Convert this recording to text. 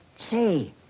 Say